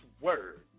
word